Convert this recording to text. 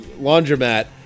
laundromat